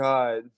God